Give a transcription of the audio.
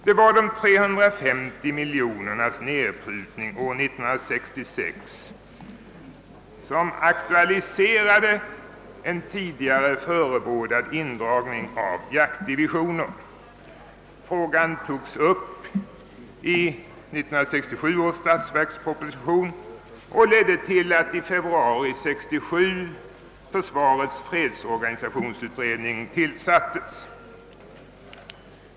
Det var nedprutningen av de 350 miljonerna, som år 1966 aktualiserade en tidigare förebådad indragning av jaktdivisioner. Frågan togs upp i 1967 års statsverksproposition och ledde till att försvarets fredsorganisationsutredning tillsattes i februari 1967.